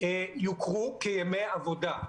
יוכרו כימי עבודה.